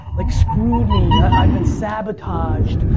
like screwed me. i've been sabotaged.